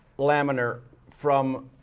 laminar from